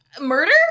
Murder